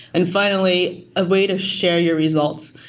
and finally a way to share your results.